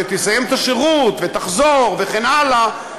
כשתסיים את השירות ותחזור וכן הלאה,